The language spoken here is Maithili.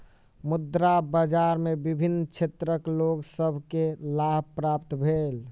मुद्रा बाजार में विभिन्न क्षेत्रक लोक सभ के लाभ प्राप्त भेल